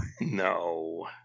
No